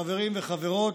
חברים וחברות,